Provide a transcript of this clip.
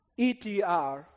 ETR